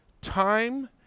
time